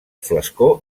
flascó